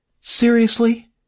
Seriously